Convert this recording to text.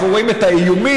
אנחנו רואים את האיומים.